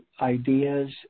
ideas